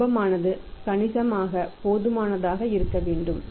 இலாபமானது கணிசமாக போதுமானதாக இருக்க வேண்டும்